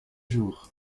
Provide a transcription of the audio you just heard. jours